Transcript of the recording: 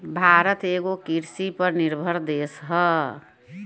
भारत एगो कृषि पर निर्भर देश ह